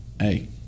hey